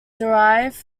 derived